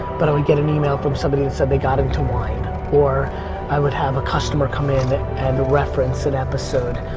but i would get an email from somebody who said they got them too wide or i would have a customer come in and reference an episode.